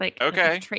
Okay